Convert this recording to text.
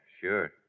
sure